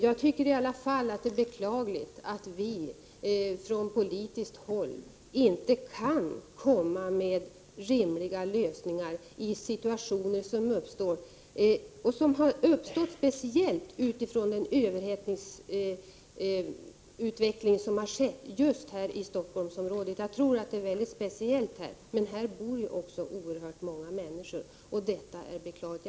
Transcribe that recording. Jag tycker i alla fall att det är beklagligt att vi från politiskt håll inte kan komma med rimliga lösningar i situationer som har uppstått, särskilt med tanke på den överhettning som råder just här i Stockholmsområdet. Jag tror att förhållandena i Stockholm är mycket speciella, men det är också väldigt många människor som bor i Stockholm.